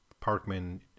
Parkman